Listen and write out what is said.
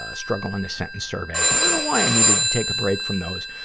ah struggle in a sentence surveys. i don't why i needed to take a break from those.